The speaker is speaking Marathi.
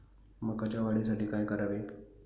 मकाच्या वाढीसाठी काय करावे?